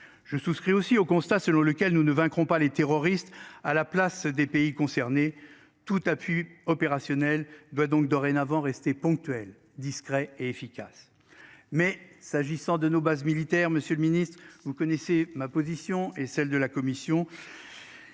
Je souscris aussi au constat selon lequel nous ne vaincront pas les terroristes à la place des pays concernés tout appui opérationnel. Il doit donc dorénavant rester ponctuelles discret et efficace. Mais s'agissant de nos bases militaires. Monsieur le Ministre, vous connaissez ma position est celle de la commission.